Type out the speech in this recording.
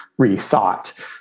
rethought